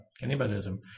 cannibalism